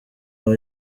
aho